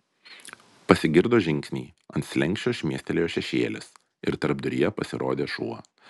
pasigirdo žingsniai ant slenksčio šmėstelėjo šešėlis ir tarpduryje pasirodė šuo